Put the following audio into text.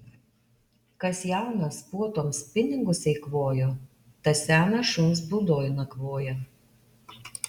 kas jaunas puotoms pinigus eikvojo tas senas šuns būdoj nakvoja